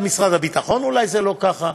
משרד הביטחון אולי זה לא ככה,